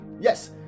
Yes